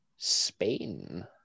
Spain